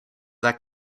that